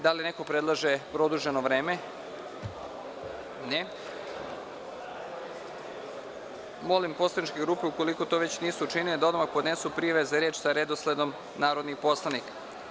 Da li neko predlaže produženo vreme? (Ne) Molim poslaničke grupe, ukoliko to već nisu učinile, da odmah podnesu prijave za reč sa redosledom narodnih poslanika.